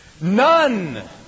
None